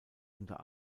unter